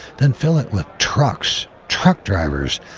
then fill it with trucks, truck drivers,